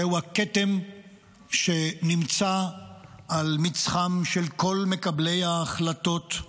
זהו הכתם שנמצא על מצחם של כל מקבלי ההחלטות,